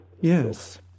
Yes